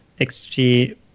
XG